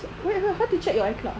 oh my god how to check your icloud ah